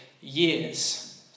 years